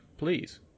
please